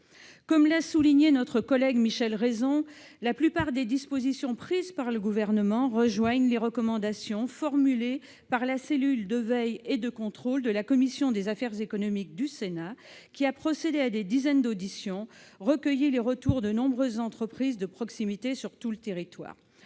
Comme l'a souligné notre collègue Michel Raison, la plupart des dispositions prises par le Gouvernement rejoignent les recommandations formulées par la cellule de veille et de contrôle de la commission des affaires économiques du Sénat, qui a procédé à des dizaines d'auditions et recueilli les retours de nombreuses entreprises de proximité sur tout le territoire